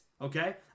Okay